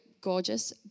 gorgeous